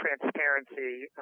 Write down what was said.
transparency